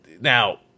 Now